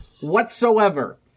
whatsoever